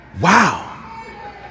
wow